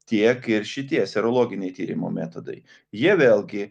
tiek ir šitie serologiniai tyrimo metodai jie vėlgi